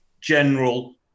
general